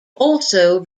also